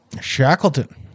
Shackleton